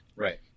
Right